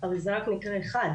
אבל זה רק מקרה אחד.